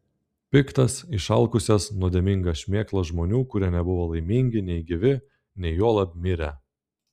piktas išalkusias nuodėmingas šmėklas žmonių kurie nebuvo laimingi nei gyvi nei juolab mirę